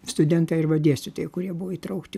studentai arba dėstytojai kurie buvo įtraukti